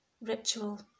ritual